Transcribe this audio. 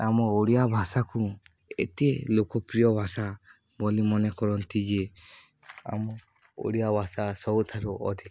ଆମ ଓଡ଼ିଆ ଭାଷାକୁ ଏତେ ଲୋକପ୍ରିୟ ଭାଷା ବୋଲି ମନେକରନ୍ତି ଯେ ଆମ ଓଡ଼ିଆ ଭାଷା ସବୁଠାରୁ ଅଧିକ